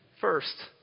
first